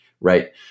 Right